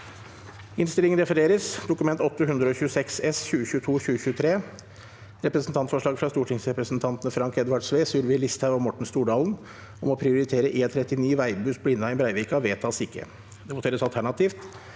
Det voteres alternativt